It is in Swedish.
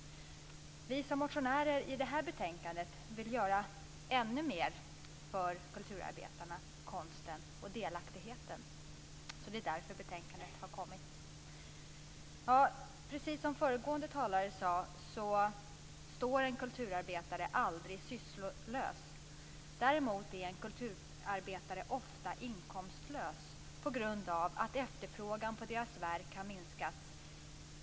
Vi som har motionerat till detta betänkande vill göra ännu mer för kulturarbetarna, konsten och delaktigheten. Det är därför betänkandet har lagts fram. Precis som föregående talare sade står en kulturarbetare aldrig sysslolös. Däremot är en kulturarbetare ofta inkomstlös på grund av att efterfrågan på verken har minskat.